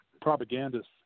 propagandists